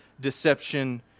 deception